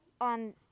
on